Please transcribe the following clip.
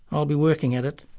i'll be working at it.